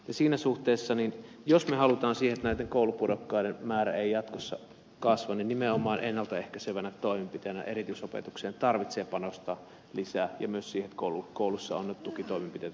siinä suhteessa jos me haluamme sitä että koulupudokkaiden määrä ei jatkossa kasva niin nimenomaan ennalta ehkäisevänä toimenpiteenä erityisopetukseen tarvitsee panostaa lisää ja myös siihen että koulussa on tukitoimenpiteitä avustajien kautta